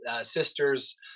sisters